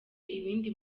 ibindi